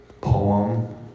poem